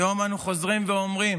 היום אנחנו חוזרים ואומרים: